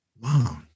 wow